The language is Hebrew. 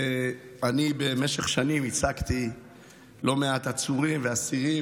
במשך שנים ייצגתי לא מעט עצורים ואסירים,